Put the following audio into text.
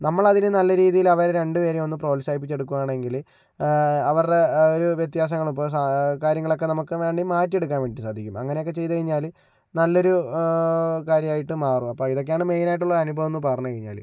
നമ്മൾ അതിനെ നല്ല രീതിയില് അവരെ രണ്ടു പേരേയും ഒന്ന് പ്രോത്സാഹിപ്പിച്ച് എടുക്കുകയാണെങ്കില് അവരുടെ ഒര് വ്യത്യാസങ്ങളും ഇപ്പോൾ കാര്യങ്ങളൊക്കെ നമുക്ക് വേണ്ടി മാറ്റിയെടുക്കാൻ വേണ്ടി സാധിക്കും അങ്ങനെയൊക്കെ ചെയ്തു കഴിഞ്ഞാല് നല്ലൊരു കാര്യമായിട്ട് മാറും അപ്പോൾ ഇതൊക്കെയാണ് മെയിനായിട്ടുള്ള അനുഭവം എന്ന് പറഞ്ഞ് കഴിഞ്ഞാല്